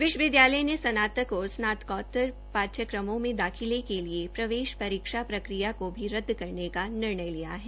विश्वविद्यालय ने स्नातक और स्नातकोत्तर पाठ्यक्रमों में दाखिले के लिए प्रवेश परीक्षा प्रक्रिया को भी रदद करने का निर्णय लिया है